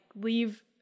leave